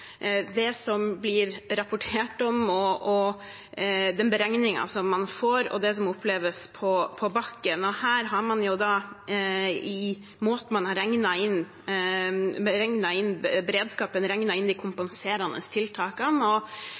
det som det blir rapportert om, den beregningen man får, og det som oppleves på bakken. Her har man i måten man har beregnet beredskapen på, regnet inn de kompenserende tiltakene, og